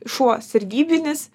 šuo sargybinis